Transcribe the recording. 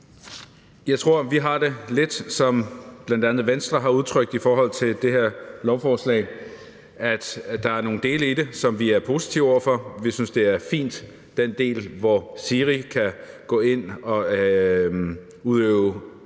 her lovforslag har det lidt ligesom bl.a. Venstre, der har udtrykt, at der er nogle dele i det, som de er positive over for. Vi synes, det er fint med den del, hvor SIRI kan gå ind og udøve